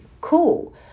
cool